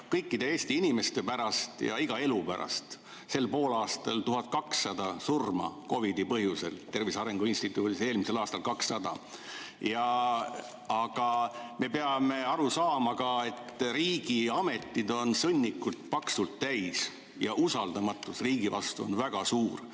kõikide Eesti inimeste pärast ja iga elu pärast. Sel poolaastal 1200 surma COVID-i põhjusel, Tervise Arengu Instituudi [andmetel], eelmisel aastal 200. Aga me peame aru saama ka, et riigiametid on sõnnikut paksult täis ja usaldamatus riigi vastu on väga suur.